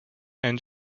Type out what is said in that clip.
and